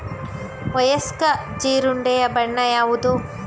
ವಯಸ್ಕ ಜೀರುಂಡೆಯ ಬಣ್ಣ ಯಾವುದು?